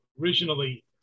Originally